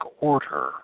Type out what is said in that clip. order